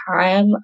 time